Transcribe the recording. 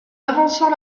avançant